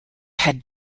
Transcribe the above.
had